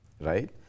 right